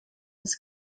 des